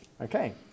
Okay